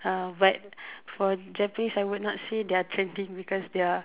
uh but for Japanese I would not say they're trending because their